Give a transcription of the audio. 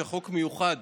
חוק מיוחד